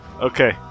Okay